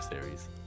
series